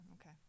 okay